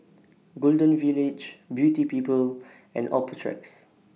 Golden Village Beauty People and Optrex